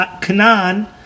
Canaan